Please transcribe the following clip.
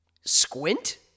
Squint